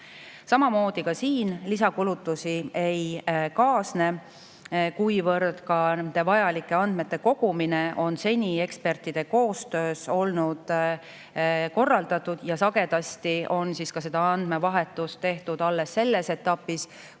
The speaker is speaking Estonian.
Samamoodi ka selle [plokiga] lisakulutusi ei kaasne, kuivõrd ka nende vajalike andmete kogumine on seni ekspertide koostöös olnud korraldatud ja sagedasti on ka seda andmevahetust tehtud alles selles etapis, kui